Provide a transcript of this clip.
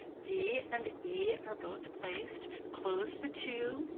d and e are both placed, close the two,